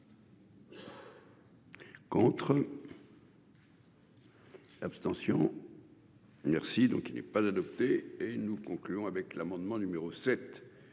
Contre. L'abstention. Merci. Donc il n'est pas adopté et nous concluons avec l'amendement numéro 7